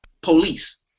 police